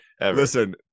listen